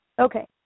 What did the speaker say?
Okay